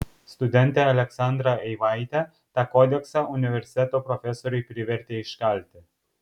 studentę aleksandrą eivaitę tą kodeksą universiteto profesoriai privertė iškalti